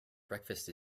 breakfast